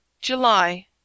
July